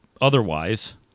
otherwise